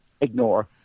ignore